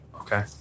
Okay